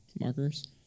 Markers